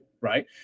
right